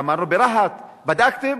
אמרנו, ברהט בדקתם?